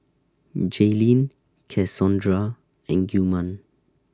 Jayleen Cassondra and Gilman